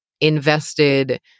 invested